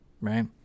right